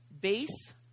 base